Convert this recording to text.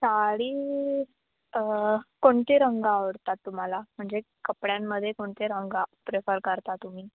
साडी कोणते रंग आवडतात तुम्हाला म्हणजे कपड्यांमध्ये कोणते रंग प्रेफर करता तुम्ही